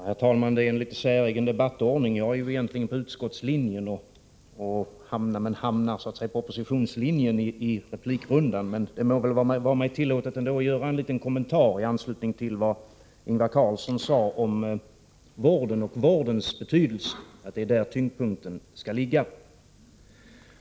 Herr talman! Det är en litet säregen debattordning. Jag är egentligen för utskottslinjen, men hamnar på oppositionslinjen i replikrundan. Men det må väl vara mig tillåtet att ändå göra en liten kommentar i anslutning till det Ingvar Carlsson sade om vården och vårdens betydelse. Det är där tyngdpunkten skall ligga.